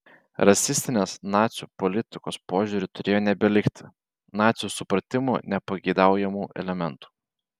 rasistinės nacių politikos požiūriu turėjo nebelikti nacių supratimu nepageidaujamų elementų